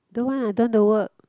don't want I don't want to work